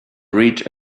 reach